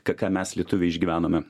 ką ką mes lietuviai išgyvenome